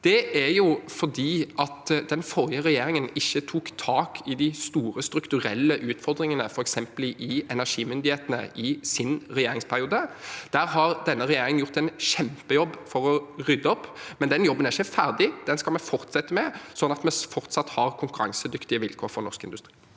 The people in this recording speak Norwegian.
oppstått, er at den forrige regjeringen ikke tok tak i de store strukturelle utfordringene, f.eks. i energimyndighetene, i sin regjeringsperiode. Der har denne regjeringen gjort en kjempejobb for å rydde opp, men den jobben er ikke ferdig. Den skal vi fortsette med, sånn at vi fortsatt har konkurransedyktige vilkår for norsk industri.